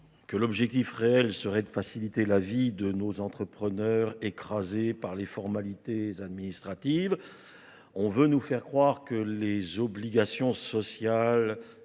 que l'objectif réel serait de faciliter la vie de nos entrepreneurs écrasés par les formalités administratives. On veut nous faire croire que les obligations sociales